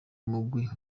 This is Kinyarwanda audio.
umugwi